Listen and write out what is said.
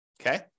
Okay